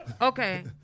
Okay